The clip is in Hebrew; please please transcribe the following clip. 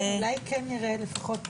שרן, אולי כן נראה לפחות טעימה מהסרט שלהם?